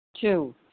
Two